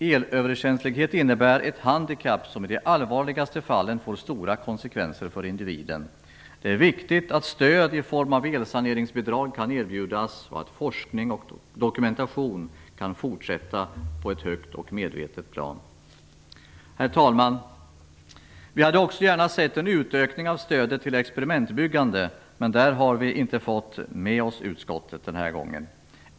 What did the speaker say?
Elöverkänslighet innebär ett handikapp som i de allvarligaste fallen får stora konsekvenser för individen. Det är viktigt att stöd i form av elsaneringsbidrag kan erbjudas och att forskning och dokumentation kan fortsätta på ett högt och medvetet plan. Herr talman! Vi hade också gärna sett en utökning av stödet till experimentbyggande, men vi har inte fått med oss utskottet den här gången.